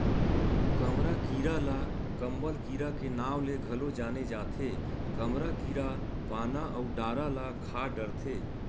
कमरा कीरा ल कंबल कीरा के नांव ले घलो जाने जाथे, कमरा कीरा पाना अउ डारा ल खा डरथे